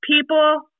people